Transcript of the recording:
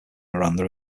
miranda